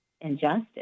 injustice